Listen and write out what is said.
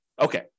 Okay